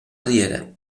riera